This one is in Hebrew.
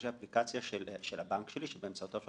יש אפליקציה של הבנק שלי שבאמצעותו אפשר